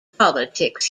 politics